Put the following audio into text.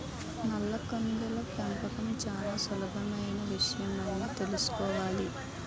నల్ల కందుల పెంపకం చాలా సులభమైన విషయమని తెలుసుకోవాలి